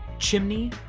chimney,